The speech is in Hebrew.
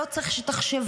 לא צריך שתחשבו,